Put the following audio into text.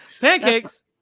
Pancakes